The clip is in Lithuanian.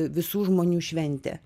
visų žmonių šventė